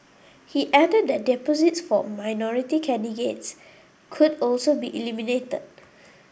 he added that deposits for minority candidates could also be eliminated